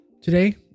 Today